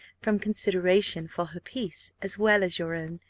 from consideration for her peace, as well as your own,